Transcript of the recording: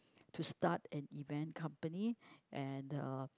to start an event company and uh